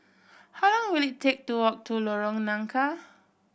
how long will it take to walk to Lorong Nangka